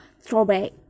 throwback